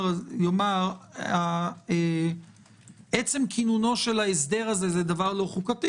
יאמר שעצם כינונו של ההסדר הזה הוא לא חוקתי.